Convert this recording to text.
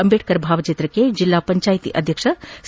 ಅಂಬೇಡ್ಕರ್ ಭಾವಚಿತ್ರಕ್ಕೆ ಜಿಲ್ಲಾ ಪಂಚಾಯತ್ ಅಧ್ಯಕ್ಷ ಸಿ